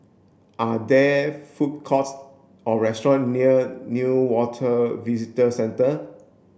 are there food courts or restaurant near Newater Visitor Centre